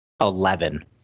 Eleven